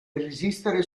resistere